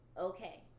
Okay